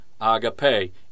Agape